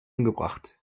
umgebracht